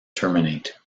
terminate